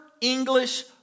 English